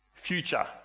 future